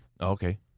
Okay